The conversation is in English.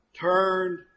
turned